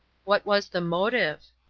what was the motive?